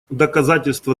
доказательство